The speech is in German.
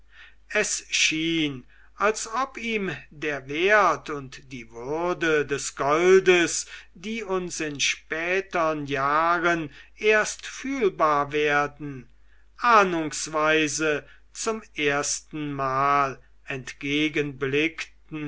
es schien als ob ihm der wert und die würde des goldes die uns in spätern jahren erst fühlbar werden ahnungsweise zum erstenmal entgegenblickten